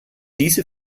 diese